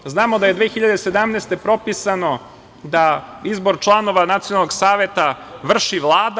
Znamo da je 2017. godine propisano da izbor članova Nacionalnog saveta vrši Vlada.